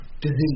Disease